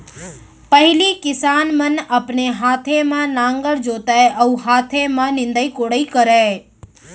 पहिली किसान मन अपने हाथे म नांगर जोतय अउ हाथे म निंदई कोड़ई करय